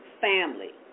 family